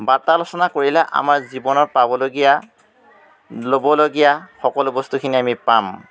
বাৰ্তালোচনা কৰিলে আমাৰ জীৱনৰ পাবলগীয়া ল'বলগীয়া সকলো বস্তুখিনি আমি পাম